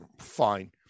fine